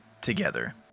together